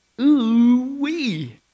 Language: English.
Ooh-wee